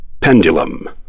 Pendulum